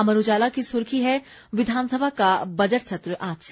अमर उजाला की सुर्खी है विधानसभा का बजट सत्र आज से